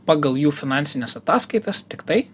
pagal jų finansines ataskaitas tiktai